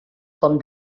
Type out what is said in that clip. com